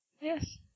Yes